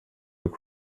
och